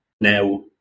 now